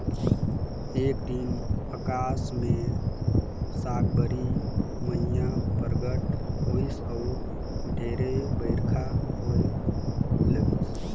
एक दिन अकास मे साकंबरी मईया परगट होईस अउ ढेरे बईरखा होए लगिस